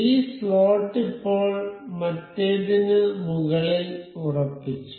ഈ സ്ലോട്ട് ഇപ്പോൾ മറ്റേതിന് മുകളിൽ ഉറപ്പിച്ചു